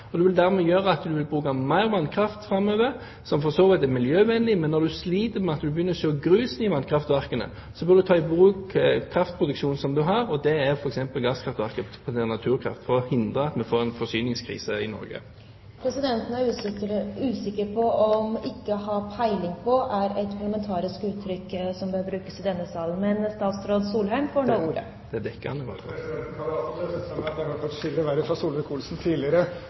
og det vil dermed føre til at en vil bruke mer vannkraft framover, som for så vidt er miljøvennlig. Men når en sliter med at en begynner å se grusen i vannkraftverkene, må en ta i bruk den kraftproduksjonen en har – og det er f.eks. Naturkrafts gasskraftverk – for å hindre at en får en forsyningskrise i Norge. Presidenten er usikker på om «ikke har peiling på» er et parlamentarisk uttrykk som bør brukes i denne salen. Men statsråd Solheim får nå ordet. Presidenten kan iallfall trøste seg med at jeg har hørt atskillig verre ting fra Solvik-Olsen tidligere,